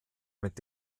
mit